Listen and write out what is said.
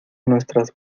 nuestras